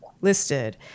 listed